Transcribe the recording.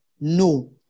No